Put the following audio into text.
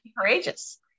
courageous